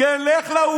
אתה הגזען הראשון.